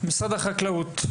משרד החקלאות.